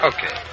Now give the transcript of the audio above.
Okay